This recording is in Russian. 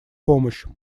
помощь